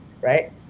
right